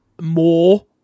more